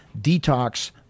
detox